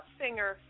singer